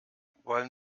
wollen